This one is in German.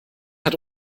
hat